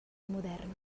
modern